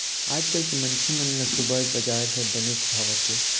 आजकाल के मनखे मन ल सुपर बजार ह बनेच भावत हे